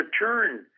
return